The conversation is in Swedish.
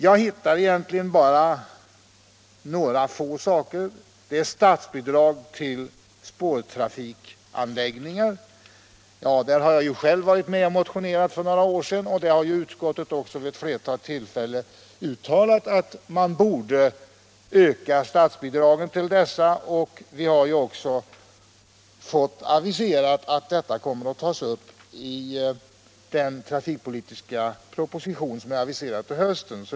Jag hittar egentligen bara några få saker. Det är först statsbidrag till spårtrafikanläggningar. Därvidlag har jag själv varit med och motionerat för några år sedan, och utskottet har också vid ett flertal tillfällen uttalat att man borde öka statsbidragen till dessa anläggningar. Det har ju även aviserats att detta kommer att tas upp i den trafikpolitiska proposition som skall komma till hösten.